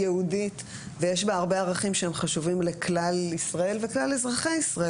יהודית ויש בה הרבה ערכים שהם חשובים לכלל ישראל וכלל אזרחי ישראל,